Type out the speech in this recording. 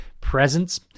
presence